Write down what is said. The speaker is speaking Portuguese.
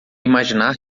imaginar